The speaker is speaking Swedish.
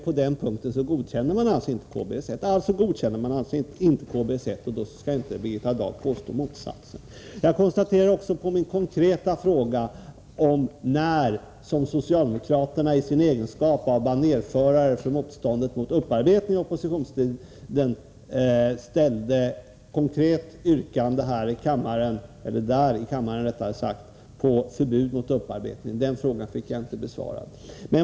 På den punkten godkände man alltså inte KBS 1. Då skall inte Birgitta Dahl påstå motsatsen. Jag frågade när socialdemokraterna i sin egenskap av banerförare för motståndet mot upparbetning under oppositionstiden ställde här i kammaren — eller rättare sagt kammaren vid Sergels torg — konkret yrkande om förbud mot upparbetning. Den frågan fick jag inte besvarad.